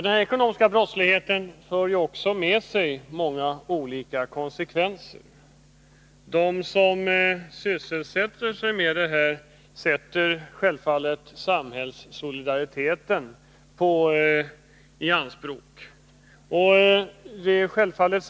Den ekonomiska brottsligheten får många olika konsekvenser. De som ägnar sig åt den missbrukar solidariteten inom samhället.